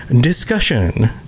discussion